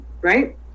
right